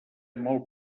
molt